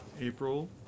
April